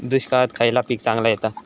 दुष्काळात खयला पीक चांगला येता?